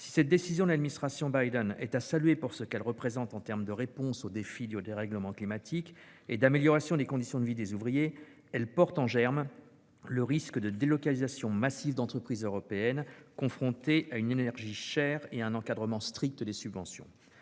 Si cette décision de l'administration Biden est à saluer pour ce qu'elle représente en termes de réponses au défi du dérèglement climatique et d'amélioration des conditions de vie des ouvriers, elle porte en germe le risque de délocalisations massives d'entreprises européennes, confrontées à une énergie chère et à un encadrement strict des subventions.